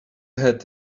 had